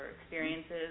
experiences